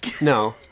no